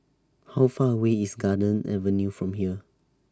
How Far away IS Garden Avenue from here